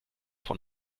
von